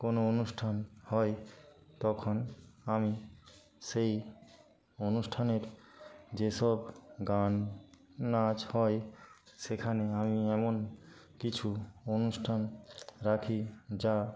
কোনও অনুষ্ঠান হয় তখন আমি সেই অনুষ্ঠানের যেসব গান নাচ হয় সেখানে আমি এমন কিছু অনুষ্ঠান রাখি যা